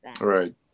Right